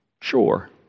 Sure